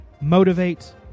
motivate